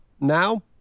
now